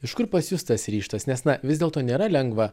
iš kur pas jus tas ryžtas nes na vis dėlto nėra lengva